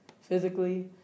physically